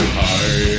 high